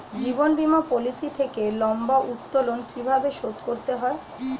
জীবন বীমা পলিসি থেকে লম্বা উত্তোলন কিভাবে শোধ করতে হয়?